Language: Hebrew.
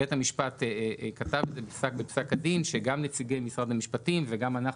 בית המשפט כתב בפסק הדין שגם נציגי משרד המשפטים וגם אנחנו,